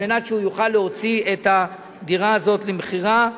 כדי שהוא יוכל להוציא את הדירה הזאת למכירה,